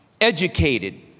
educated